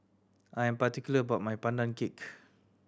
I am particular about my Pandan Cake